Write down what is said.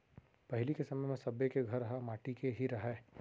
पहिली के समय म सब्बे के घर ह माटी के ही रहय